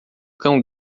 cão